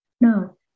No